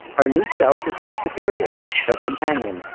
her new self is her superior her companion,